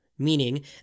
meaning